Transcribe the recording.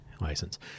license